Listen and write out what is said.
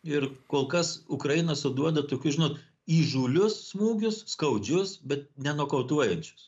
ir kol kas ukraina suduoda tokius žinot įžūlius smūgius skaudžius bet ne nokautuojančius